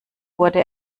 wurde